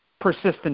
persistent